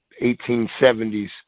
1870s